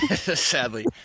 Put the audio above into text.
Sadly